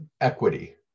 equity